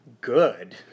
good